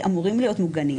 עליהם.